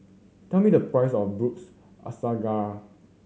tell me the price of Braised Asparagus